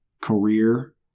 Career